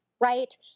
right